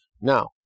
Now